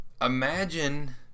imagine